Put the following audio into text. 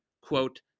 quote